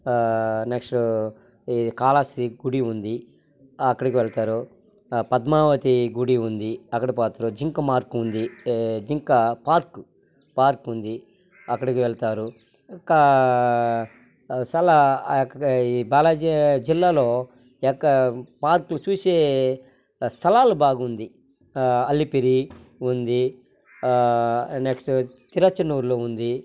next ఈ కాళహస్తి గుడి ఉంది అక్కడికి వెళ్తారు పద్మావతి గుడి ఉంది అక్కడికి పోతారు జింక మార్గ్ ఉంది జింక పార్క్ పార్క్ ఉంది అక్కడికి వెళ్తారు ఇంకా చాలా ఈ బాలాజీ జిల్లాలో ఎక్క పార్క్ చూసే స్థలాలు బాగుంది అలిపిరి ఉంది నెక్స్ట్ తిరచనూరులో ఉంది